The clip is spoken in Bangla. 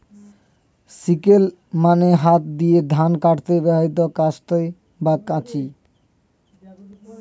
সিকেল মানে হাত দিয়ে ধান কাটতে ব্যবহৃত কাস্তে বা কাঁচি